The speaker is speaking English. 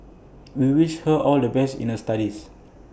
we wish her all the best in the studies